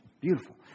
Beautiful